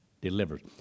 delivers